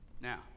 Now